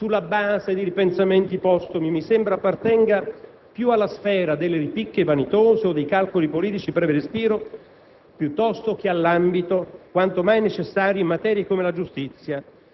Immiserire la fibra costitutiva delle nostre istituzioni sulla base di ripensamenti postumi mi sembra appartenga più alla sfera delle ripicche vanitose o dei calcoli politici di breve respiro